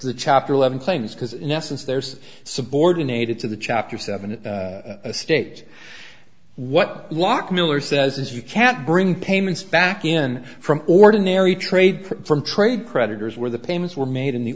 the chapter eleven claims because in essence there's subordinated to the chapter seven state what locke miller says is you can't bring payments back in from ordinary trade from trade creditors where the payments were made in the